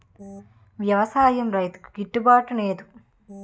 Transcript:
వ్యవసాయం రైతుకి గిట్టు బాటునేదు